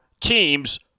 teams